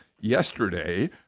yesterday